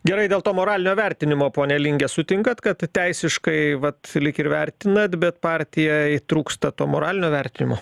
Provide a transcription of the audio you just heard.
gerai dėl to moralinio vertinimo pone linge sutinkat kad teisiškai vat lyg ir vertinat bet partijai trūksta to moralinio vertinimo